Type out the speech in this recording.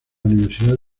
universidad